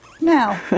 Now